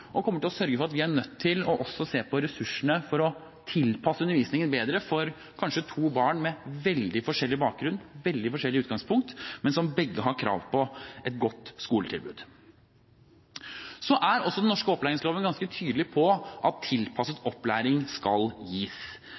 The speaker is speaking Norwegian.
Vi er nødt til å se på ressursene for å tilpasse undervisningen bedre, kanskje for to barn med veldig forskjellig bakgrunn, veldig forskjellig utgangspunkt, men begge med krav på et godt skoletilbud. Den norske opplæringsloven er ganske tydelig på at tilpasset opplæring skal gis.